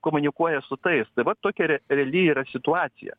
komunikuoja su tais dabar tokia reali yra situacija